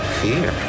fear